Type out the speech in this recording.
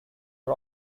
are